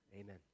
Amen